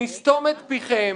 נסתום את פיכם,